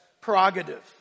prerogative